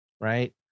right